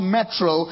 Metro